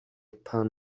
pan